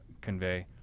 convey